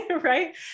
right